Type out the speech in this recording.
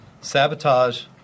Sabotage